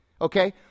okay